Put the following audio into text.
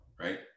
right